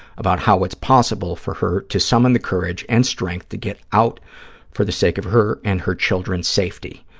about how it's possible for her to summon the courage and strength to get out for the sake of her and her children's safety,